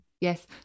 yes